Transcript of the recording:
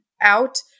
out